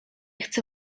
chcę